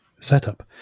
setup